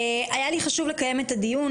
היה לי חשוב לקיים את הדיון,